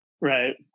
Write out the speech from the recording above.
right